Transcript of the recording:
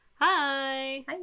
Hi